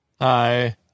Hi